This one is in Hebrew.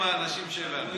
נחזיר עם האנשים שלנו.